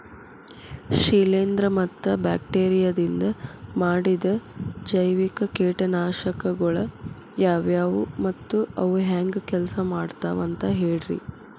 ಶಿಲೇಂಧ್ರ ಮತ್ತ ಬ್ಯಾಕ್ಟೇರಿಯದಿಂದ ಮಾಡಿದ ಜೈವಿಕ ಕೇಟನಾಶಕಗೊಳ ಯಾವ್ಯಾವು ಮತ್ತ ಅವು ಹೆಂಗ್ ಕೆಲ್ಸ ಮಾಡ್ತಾವ ಅಂತ ಹೇಳ್ರಿ?